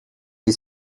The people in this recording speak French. est